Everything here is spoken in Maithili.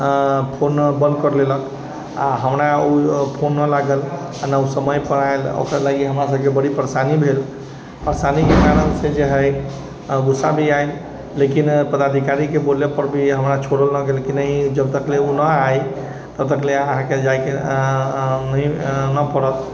फोन बन्द कर लेलक आ हमरा ओ फोन ना लागल ना ओ समय पर आयल ओकरा लागी हमरा सबके बड़ी परेशानी भेल परेशानी के कारण से जे है आ ग़ुस्सा भी आयल लेकिन पदाधिकारी के बोलल पर भी हमरा छोड़ल ना गेल की नहि जब तक ओ न आइ तब तकले अहाँके जायके ना परत